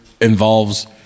involves